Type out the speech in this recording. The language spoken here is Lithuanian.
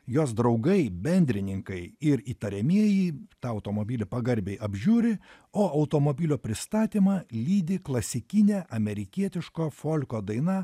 jos draugai bendrininkai ir įtariamieji tą automobilį pagarbiai apžiūri o automobilio pristatymą lydi klasikinė amerikietiško folko daina